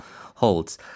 holds